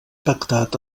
pactat